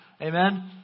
Amen